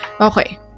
okay